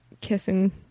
kissing